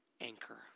anchor